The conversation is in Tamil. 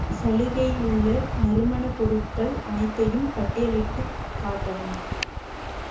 சலுகை உள்ள நறுமணப் பொருட்கள் அனைத்தையும் பட்டியலிட்டுக் காட்டவும்